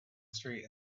street